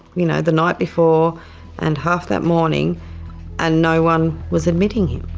you know the night before and half that morning and no one was admitting him.